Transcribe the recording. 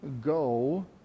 go